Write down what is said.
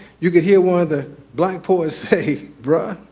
you could hear one of the black poets say bra.